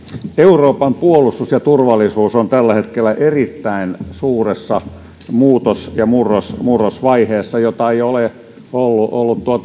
euroopan puolustus ja turvallisuus on tällä hetkellä erittäin suuressa muutos ja murrosvaiheessa jota ei ole ollut